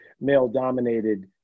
male-dominated